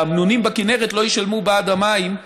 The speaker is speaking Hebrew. והאמנונים בכינרת לא ישלמו בעד המים,